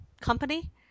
company